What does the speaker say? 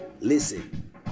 Listen